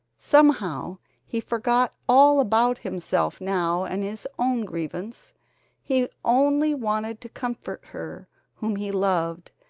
somehow he forgot all about himself now and his own grievance he only wanted to comfort her whom he loved,